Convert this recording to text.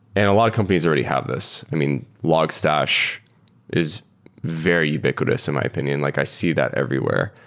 and a lot of companies already have this. i mean, logstash is very ubiquitous, in my opinion. like i see that everywhere.